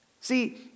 See